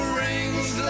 rings